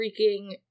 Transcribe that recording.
freaking